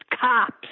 cops